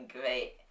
great